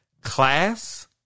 class